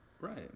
right